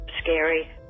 scary